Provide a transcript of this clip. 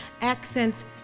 accents